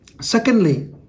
Secondly